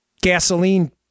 gasoline